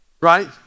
right